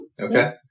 Okay